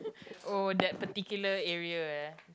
oh that particular area eh